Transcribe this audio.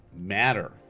matter